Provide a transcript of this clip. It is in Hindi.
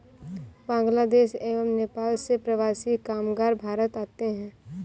बांग्लादेश एवं नेपाल से प्रवासी कामगार भारत आते हैं